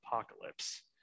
apocalypse